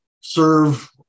serve